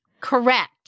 Correct